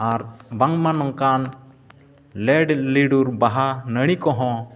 ᱟᱨ ᱵᱟᱝᱢᱟ ᱱᱚᱝᱠᱟᱱ ᱞᱮᱰ ᱞᱤᱰᱩᱨ ᱵᱟᱦᱟ ᱱᱟᱹᱲᱤ ᱠᱚᱦᱚᱸ